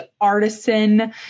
artisan